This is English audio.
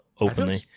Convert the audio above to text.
openly